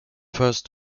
first